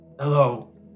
Hello